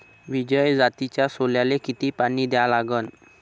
विजय जातीच्या सोल्याले किती पानी द्या लागन?